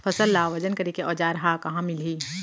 फसल ला वजन करे के औज़ार हा कहाँ मिलही?